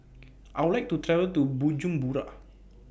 I Would like to travel to Bujumbura